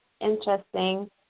Interesting